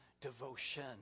devotion